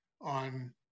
on